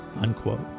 unquote